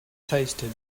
tasted